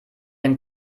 dem